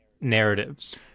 narratives